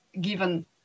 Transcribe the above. given